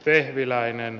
vehviläinen